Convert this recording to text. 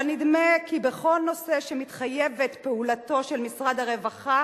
אבל נדמה כי בכל נושא שמתחייבת פעולתו של משרד הרווחה